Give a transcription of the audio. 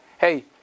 Hey